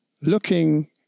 looking